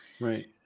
Right